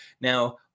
Now